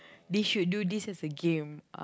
they should do this as a game